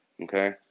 okay